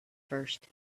first